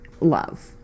love